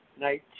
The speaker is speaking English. night